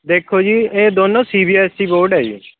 ਦੇਖੋ ਜੀ ਇਹ ਦੋਨੋਂ C B S E board ਹੈ ਜੀ